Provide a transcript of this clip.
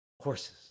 Horses